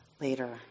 later